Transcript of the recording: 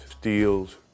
Steals